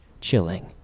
Chilling